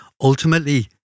ultimately